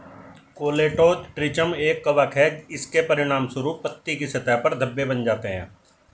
Colletotrichum एक कवक है, इसके परिणामस्वरूप पत्ती की सतह पर धब्बे बन जाते हैं